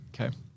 Okay